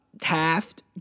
Taft